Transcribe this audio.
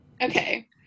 Okay